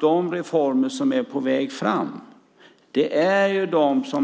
De reformer som är på väg